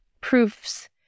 proofs